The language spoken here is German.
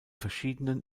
verschiedenen